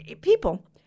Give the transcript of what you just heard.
people